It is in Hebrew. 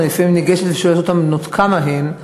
אני לפעמים ניגשת ושואלת אותן בנות כמה הן,